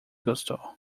gostou